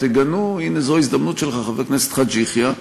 תגנו, הנה, זו ההזדמנות שלך, חבר הכנסת חאג' יחיא.